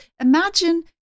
imagine